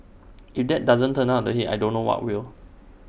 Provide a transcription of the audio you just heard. if that doesn't turn up the heat I don't know what will